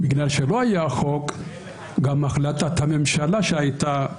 בגלל שלא היה חוק גם החלטת הממשלה שהייתה ב-2011,